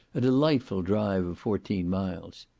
a delightful drive of fourteen miles.